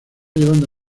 llevando